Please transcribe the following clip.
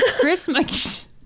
Christmas